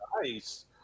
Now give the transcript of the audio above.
Nice